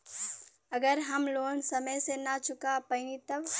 अगर हम लोन समय से ना चुका पैनी तब?